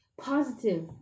Positive